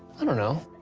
i don't know.